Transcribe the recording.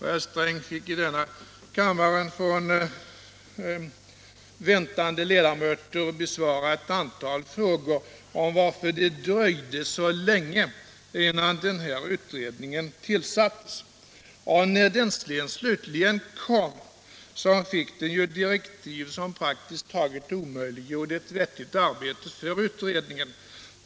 Herr Sträng fick i denna kammare också besvara ett antal frågor om varför det dröjde så länge innan denna utredning tillsattes. När den slutligen kom fick den direktiv som praktiskt omöjliggjorde ett vettigt arbete för utredningen.